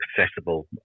accessible